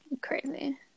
crazy